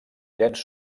llenç